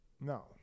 No